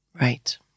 Right